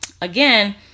again